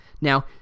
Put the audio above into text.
Now